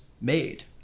made